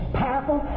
powerful